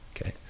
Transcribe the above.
Okay